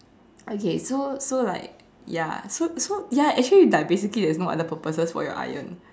okay so so like ya so so ya actually like basically there is no other purposes for your iron